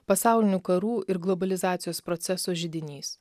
pasaulinių karų ir globalizacijos proceso židinys